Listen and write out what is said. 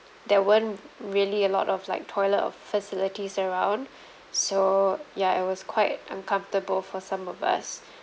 there weren't really a lot of like toilet or facilities around so ya it was quite uncomfortable for some of us